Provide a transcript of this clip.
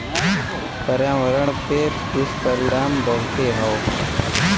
पर्यावरण पे दुष्परिणाम बहुते हौ